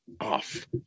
off